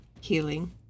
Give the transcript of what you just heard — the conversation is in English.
healing